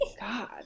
god